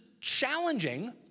challenging